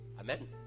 Amen